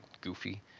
Goofy